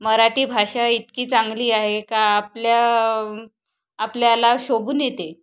मराठी भाषा इतकी चांगली आहे का आपल्या आपल्याला शोभून येते